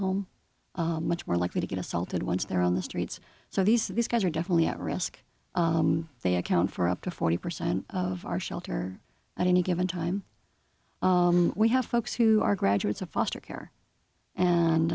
home much more likely to get assaulted once they're on the streets so these these guys are definitely at risk they account for up to forty percent of our shelter at any given time we have folks who are graduates of foster care and